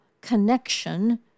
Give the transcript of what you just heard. connection